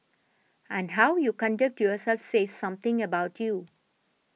and how you conduct yourself say something about you